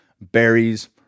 berries